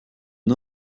and